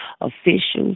officials